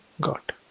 God